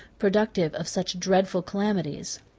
productive of such dreadful calamities.